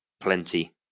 plenty